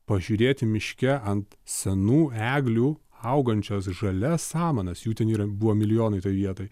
pažiūrėti miške ant senų eglių augančias žalias samanas jų ten yra buvo milijonai toj vietoj